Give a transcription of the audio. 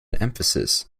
emphasis